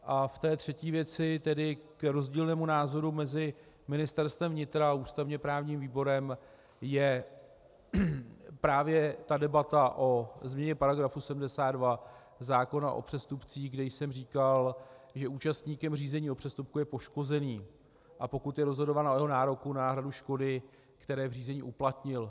A v té třetí věci, tedy k rozdílnému názoru mezi Ministerstvem vnitra a ústavněprávním výborem, je právě ta debata o změně § 72 zákon o přestupcích, kde jsem říkal, že účastníkem řízení o přestupku je poškozený, a pokud je rozhodováno o jeho nároku na náhradu škody, který v řízení uplatnil.